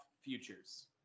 futures